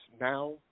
now –